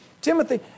Timothy